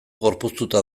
gorpuztuta